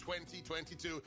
2022